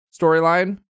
storyline